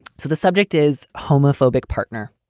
so the subject is homophobic, partner.